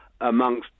amongst